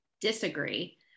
disagree